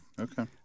Okay